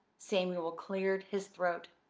samuel cleared his throat.